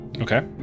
Okay